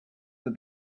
that